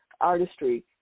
artistry